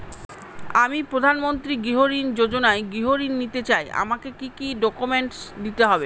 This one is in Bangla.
আমি প্রধানমন্ত্রী গৃহ ঋণ যোজনায় গৃহ ঋণ নিতে চাই আমাকে কি কি ডকুমেন্টস দিতে হবে?